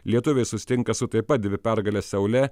lietuviai susitinka su taip pat dvi pergales seule